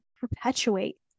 perpetuate